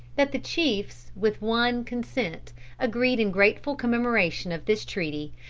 that the chiefs with one consent agreed in grateful commemoration of this treaty,